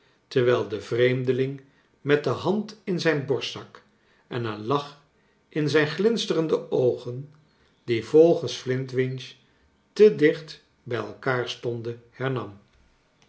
terwijl de vreemdeling met de hand in zijn borstzak en een lach in zijn glinsterende oogen die volgens flintwinch te dicht bij elkaar stonden hernam